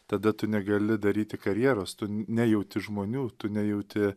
tada tu negali daryti karjeros tu nejauti žmonių tu nejauti